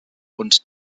und